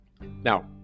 Now